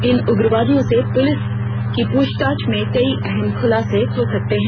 इन उग्रवादियों से पुलिस की पूछताछ में कई अहम खुलासे हो सकते हैं